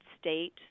state